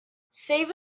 save